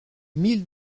mille